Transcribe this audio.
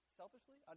selfishly